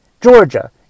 Georgia